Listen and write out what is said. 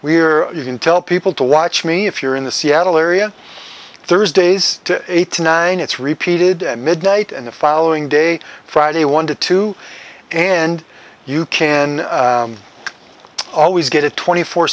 we're you can tell people to watch me if you're in the seattle area thursdays to eighty nine it's repeated at midnight and the following day friday one to two and you can always get it twenty four